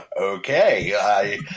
okay